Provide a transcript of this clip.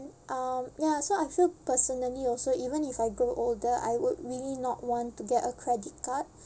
um ya so I feel personally also even if I grow older I would really not want to get a credit card